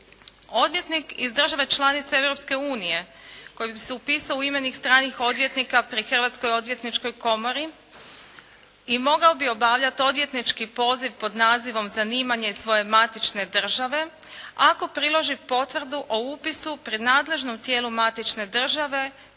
Odvjetnik iz države članice Europske unije koji bi se upisao u imenik stranih odvjetnika pri Hrvatskoj odvjetničkoj komori i mogao bi obavljati odvjetnički poziv pod nazivom zanimanje iz svoje matične države, ako priloži potvrdu o upisu pred nadležnim tijelom matične države,